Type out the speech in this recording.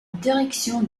direction